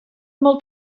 molt